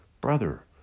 Brother